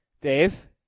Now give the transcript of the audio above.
Dave